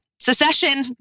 Secession